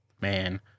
man